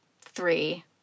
three